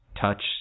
touch